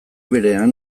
berean